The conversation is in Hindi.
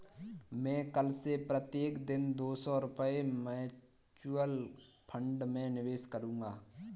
मैं कल से प्रत्येक दिन दो सौ रुपए म्यूचुअल फ़ंड में निवेश करूंगा